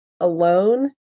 alone